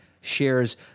shares